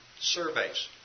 surveys